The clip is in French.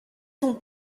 son